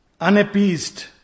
unappeased